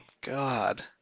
God